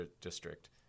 district